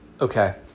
Okay